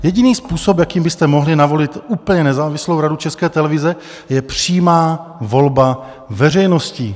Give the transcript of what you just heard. Jediný způsob, jakým byste mohli navolit úplně nezávislou Radu České televize, je přímá volba veřejností.